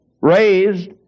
raised